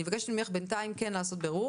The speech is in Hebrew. אני מבקשת ממך בינתיים כן לעשות בירור